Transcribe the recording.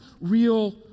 real